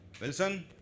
Wilson